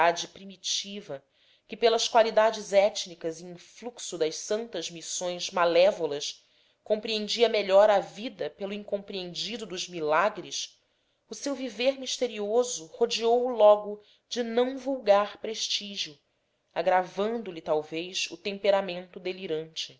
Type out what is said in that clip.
primitiva que pelas qualidades étnicas e influxo das santas missões malévolas compreendia melhor a vida pelo incompreendido dos milagres o seu viver misterioso rodeou o logo de não vulgar prestígio agravando lhe talvez o temperamento delirante